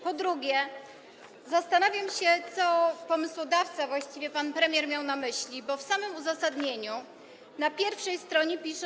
Po drugie, zastanawiam się, co pomysłodawcy, a właściwie pan premier miał na myśli, bo w samym uzasadnieniu na pierwszej stronie pisze.